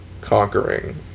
conquering